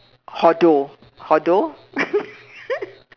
Hodor Hodor